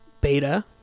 beta